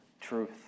truth